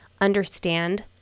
understand